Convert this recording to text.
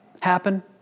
happen